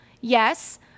yes